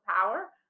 power